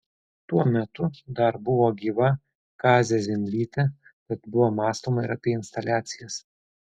tuo metu dar buvo gyva kazė zimblytė tad buvo mąstoma ir apie instaliacijas